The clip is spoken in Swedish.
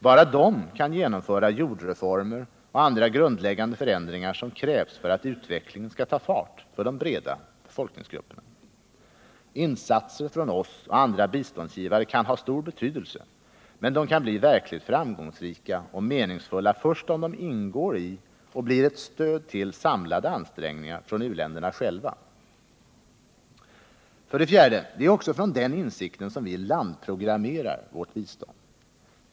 Bara de kan genomföra jordreformer och andra grundläggande förändringar som krävs för att utvecklingen skall ta fart för de breda folkgrupperna. Insatser från oss och andra biståndsgivare kan ha stor betydelse, men de kan bli verkligt framgångsrika och meningsfulla först om de ingår i och blir ett stöd till samlade ansträngningar från u-länderna själva. Det är också med den insikten som vi landprogrammerar vårt bistånd.